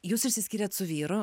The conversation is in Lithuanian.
jūs išsiskyrėt su vyru